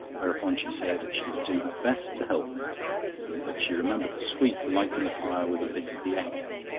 whereupon she said she would do her best to help me but she remembered the sweep lighting the fire with a bit of the echo.